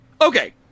Okay